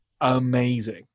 amazing